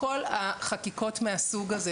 ואנחנו צריכים לזכור שכל החקיקות מהסוג הזה,